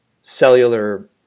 cellular